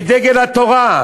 את דגל התורה.